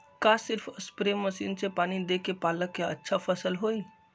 का सिर्फ spray machine से पानी देके पालक के अच्छा फसल होई?